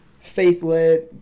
faith-led